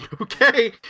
Okay